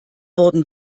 wurden